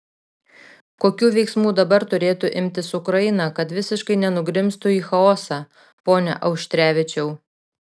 kokių veiksmų dabar turėtų imtis ukraina kad visiškai nenugrimztų į chaosą pone auštrevičiau